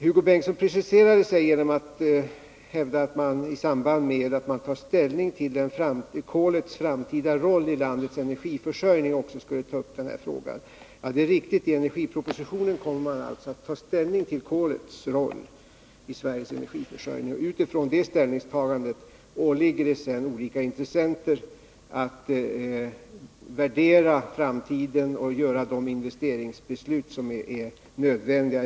Hugo Bengtsson preciserade sig genom att hävda att man i samband med att man tar ställning till kolets framtida roll i landets energiförsörjning också skulle ta upp den här frågan. Det är riktigt. I energipropositionen kommer man att ta ställning till kolets roll i Sveriges energiförsörjning. Sedan åligger det olika intressenter att med utgångspunkt från det ställningstagandet värdera framtiden och fatta de investeringsbeslut som är nödvändiga.